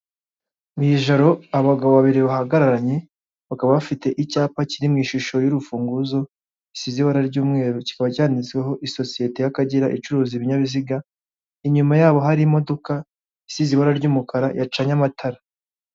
Mu ijoro, abagabo babiri bahagararanye, bakaba bafite icyapa kiri mu ishusho y'urufunguzo gisize ibara ry'umweru; kikaba cyanditseho isosiyete y'Akagera icuruza ibinyabiziga, inyuma yabo hari imodoka isize ibara ry'umukara yacanye amatara.